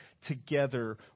together